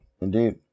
indeed